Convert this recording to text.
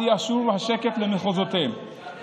עד שישוב השקט למחוזותינו.